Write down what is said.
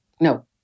no